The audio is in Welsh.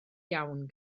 iawn